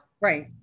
right